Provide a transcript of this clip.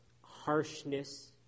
harshness